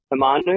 Amanu